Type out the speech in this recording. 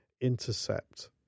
intercept